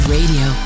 Radio